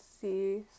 see